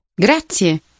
Grazie